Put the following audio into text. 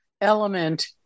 element